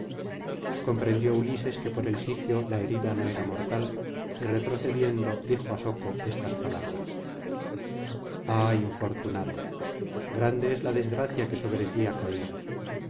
comprendió ulises que por el sitio la herida no era mortal y retrocediendo dijo á soco estas palabras ah infortunado grande es la desgracia que sobre ti ha caído